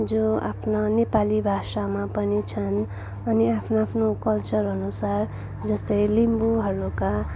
जो आफ्ना नेपाली भाषामा पनि छन् अनि आफ्नो आफ्नो कल्चर अनुसार जस्तै लिम्बूहरूका